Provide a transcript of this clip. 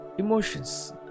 Emotions